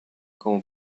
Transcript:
como